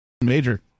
Major